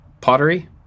Pottery